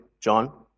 John